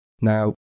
Now